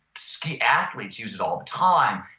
ski athletes use it all the time.